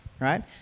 Right